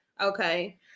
okay